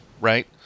right